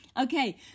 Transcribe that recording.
Okay